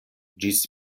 ĝis